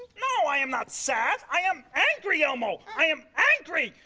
no i am not sad, i am angry elmo. i am angry,